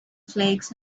flakes